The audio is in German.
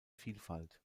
vielfalt